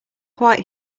quite